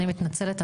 אני מתנצלת,